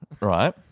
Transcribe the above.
Right